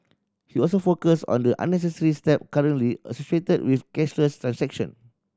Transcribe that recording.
he also focused on the unnecessary step currently associated with cashless transaction